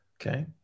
Okay